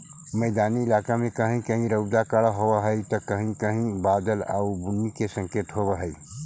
मैदानी इलाका में कहीं कहीं रउदा कड़ा होब हई त कहीं कहीं बादल आउ बुन्नी के संकेत होब हई